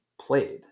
played